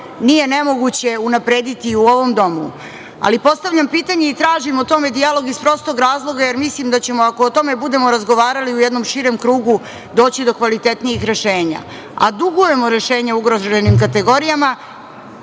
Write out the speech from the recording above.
nije nemoguće unaprediti u ovom domu. Ali, postavljam pitanje i tražim o tome dijalog, iz prostog razloga, jer mislim da ćemo ako o tome budemo razgovarali u jednom širem krugu, doći do kvalitetnijih rešenja, a dugujemo rešenje ugroženim kategorijama,